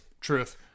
Truth